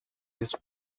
his